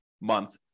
month